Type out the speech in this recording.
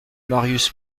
marius